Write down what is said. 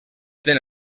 ten